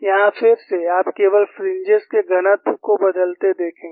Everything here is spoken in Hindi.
यहां फिर से आप केवल फ्रिंजेस के घनत्व को बदलते देखेंगे